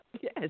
Yes